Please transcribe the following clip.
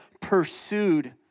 pursued